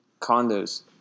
condos